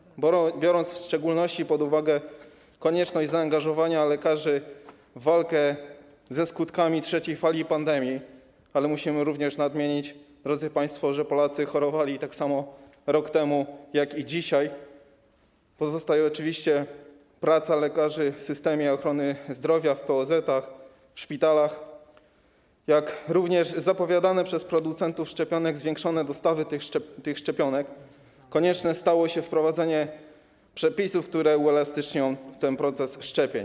Z uwagi w szczególności na konieczność zaangażowania lekarzy w walkę ze skutkami trzeciej fali pandemii - ale musimy nadmienić, drodzy państwo, że Polacy chorowali tak samo rok temu, jak i dzisiaj; pozostaje oczywiście praca lekarzy w systemie ochrony zdrowia, w POZ, w szpitalach - jak również zapowiadane przez producentów szczepionek zwiększone dostawy tych szczepionek konieczne stało się wprowadzenie przepisów, które uelastycznią ten proces szczepień.